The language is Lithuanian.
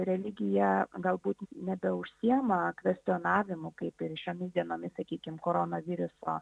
religija galbūt nebeužsiema kvestionavimu kaip ir šiomis dienomis sakykim corona viruso